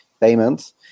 payment